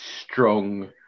strong